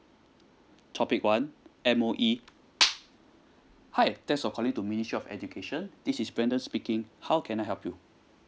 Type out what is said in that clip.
topic one M_O_E hi thanks for calling to ministry of education this is brandon speaking how can I help you